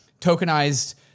tokenized